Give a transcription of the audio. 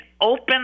open